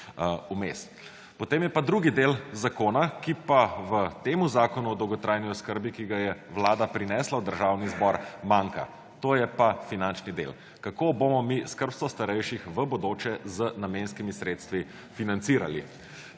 vmes. Potem je pa drugi del zakona, ki pa v temu Zakonu o dolgotrajni oskrbi, ki ga je Vlada prinesla v Državni zbor, manjka. To je pa finančni del, kako bomo mi skrbstvo starejših v bodoče z namenskimi sredstvi financirali.